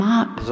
up